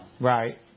Right